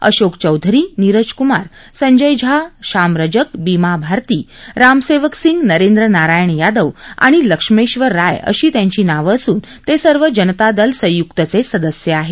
अशोक चौधरी नीरज कुमार संजय झा श्याम रजक बीमा भारती रामसेवकसिंग नरेंद्र नारायण यादव आणि लक्ष्मेश्वर राय अशी त्यांची नावं असून ते सर्व जनतादल संयुक्तचे सदस्य आहेत